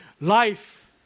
Life